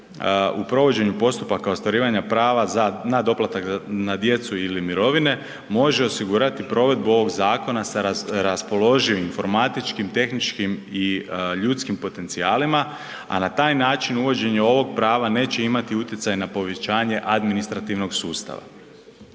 u provođenju postupaka ostvarivanja prava na doplatak za djecu ili mirovine, može osigurati provedbu ovog zakona sa raspoloživim informatičkim, tehničkim i ljudskim potencijalima, a na taj način uvođenje ovog prava neće imati utjecaj na povećanje administrativnog sustava.